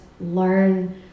learn